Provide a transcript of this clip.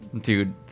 Dude